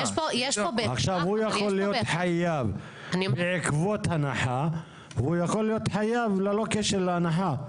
הוא יכול להיות חייב בעקבות הנחה והוא יכול להיות חייב ללא קשר להנחה.